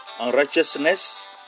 unrighteousness